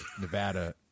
Nevada